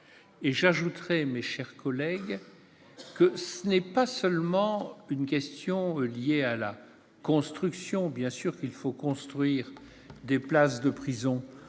J'ajoute, mes chers collègues, qu'il ne s'agit pas seulement d'une question liée à la construction. Certes, il faut construire des places de prison,